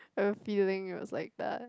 a feeling it was like that